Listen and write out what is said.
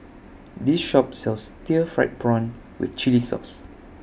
This Shop sells Stir Fried Prawn with Chili Sauce